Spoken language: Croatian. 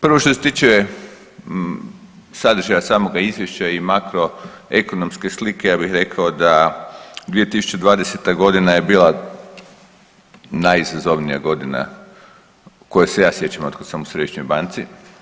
Prvo što se tiče sadržaja samoga izvješća i makroekonomske slike ja bih rekao da 2020. godina je bila najizazovnija godina koje se ja sjećam od kada sam u središnjoj banci.